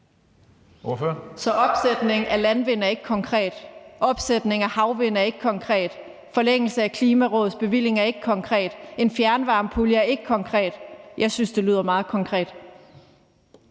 Så opsætning af landvind er ikke konkret? Opsætning af havvind er ikke konkret? Forlængelse af Klimarådets bevilling er ikke konkret? En fjernvarmepulje er ikke konkret? Jeg synes, det lyder meget konkret.